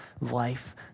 life